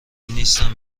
نیستم